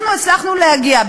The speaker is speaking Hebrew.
אנחנו הצלחנו להגיע,